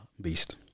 beast